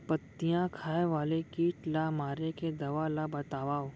पत्तियां खाए वाले किट ला मारे के दवा ला बतावव?